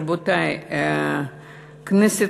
רבותי, הכנסת